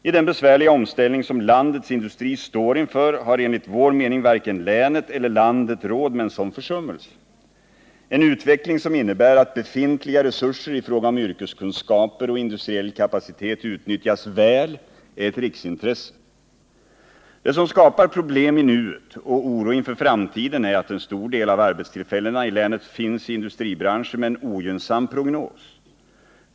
I den besvärliga omställning som landets industri står inför har enligt vår mening varken länet eller landet råd med en sådan försummelse. En utveckling som innebär att befintliga resurser i fråga om yrkeskunskaper och industriell kapacitet utnyttjas väl är ett riksintresse. Det som skapar problem i nuet och oro inför framtiden är att en stor del av arbetstillfällena i länet finns i industribranscher med en ogynnsam prognos.